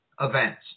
events